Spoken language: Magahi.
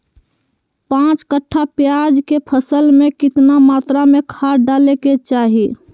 पांच कट्ठा प्याज के फसल में कितना मात्रा में खाद डाले के चाही?